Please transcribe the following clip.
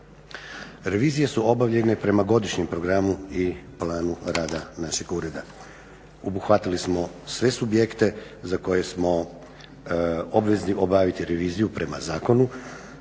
Revizije su obavljene prema Godišnjem programu i planu rada našeg ureda. Obuhvatili smo sve subjekte za koje smo obvezni obaviti reviziju prema zakonu